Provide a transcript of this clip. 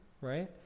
right